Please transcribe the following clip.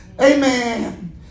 Amen